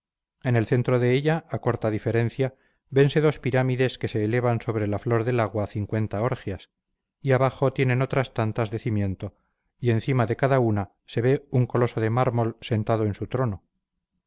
en el centro de ella a corta diferencia vense dos pirámides que se elevan sobre la flor del agua orgias y abajo tienen otras tantas de cimiento y encima de cada una se ve un coloso de mármol sentado en su trono